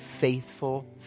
faithful